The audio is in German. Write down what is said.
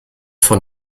von